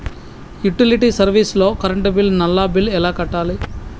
Utility service లో current bill, నల్లా bill ఎలా కట్టాలి?